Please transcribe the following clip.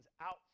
out